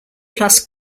plus